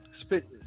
spit